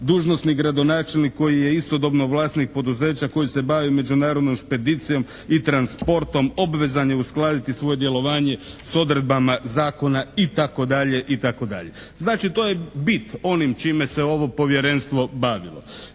Dužnosnik gradonačelnik koji je istodobno vlasnik poduzeća koje se bavi međunarodnom špedicijom i transportom obvezan je uskladiti svoje djelovanje s odredbama zakona itd. Znači, to je bit onim čime se ovo povjerenstvo bavilo.